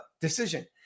decision